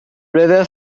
river